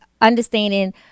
understanding